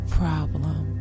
problem